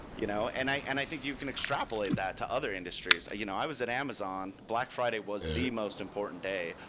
you know and i and i think you can extrapolate that to other industries. you know i was at amazon, black friday was the most important day.